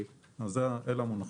אלה המונחים.